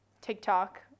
TikTok